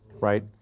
right